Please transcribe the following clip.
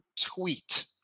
tweet